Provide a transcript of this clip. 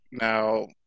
now